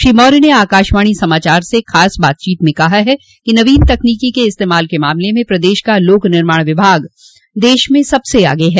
श्री मौर्य ने आकाशवाणी समाचार से खास बातचीत में कहा कि नवीन तकनीकी के इस्तेमाल के मामले में प्रदेश का लोक निर्माण विभाग देश में सबसे आगे है